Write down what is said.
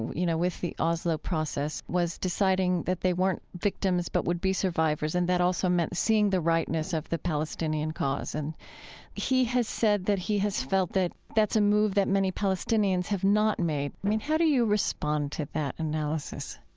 you know, with the oslo process, was deciding that they weren't victims but would be survivors, and that also meant seeing the rightness of the palestinian cause. and he has said that he has felt that that's a move that many palestinians have not made. i mean, how do you respond to that analysis?